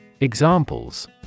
Examples